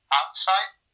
outside